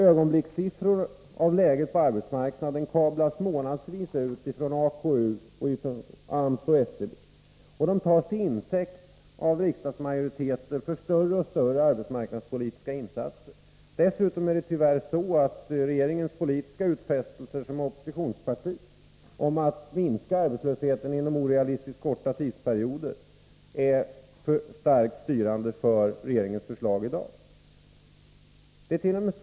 Ögonblickssiffror av läget på arbetsmarknaden kablas månadsvis ut från AKU, AMS och SCB, och de tas av riksdagsmajoriteten till intäkt för större och större arbetsmarknadspolitiska insatser. Dessutom är det tyvärr så att de politiska utfästelser som gjordes av socialdemokraterna som oppositionsparti om att minska arbetslösheten inom orealistiskt korta tidsperioder är för starkt styrande för regeringens förslag i dag. Det ärt.o.m.